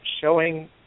showing